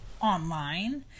online